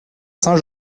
saint